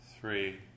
three